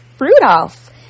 Rudolph